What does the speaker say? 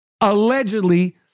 allegedly